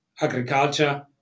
agriculture